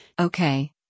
Okay